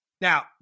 Now